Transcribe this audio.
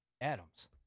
Adams